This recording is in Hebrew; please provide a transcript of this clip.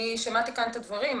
אני שמעתי כאן את הדברים,